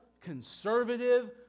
conservative